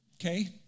Okay